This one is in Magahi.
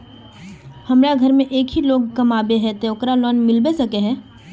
हमरा घर में एक ही लोग कमाबै है ते ओकरा लोन मिलबे सके है?